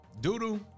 Doodoo